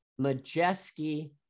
Majeski